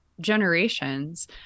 generations